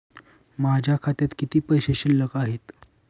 माझ्या खात्यात किती पैसे शिल्लक आहेत?